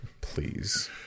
please